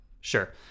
Sure